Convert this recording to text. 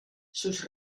sus